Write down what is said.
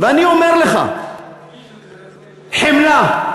ואני אומר לך, חמלה.